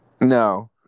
No